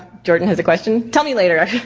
jordan has a question, tell me later, ah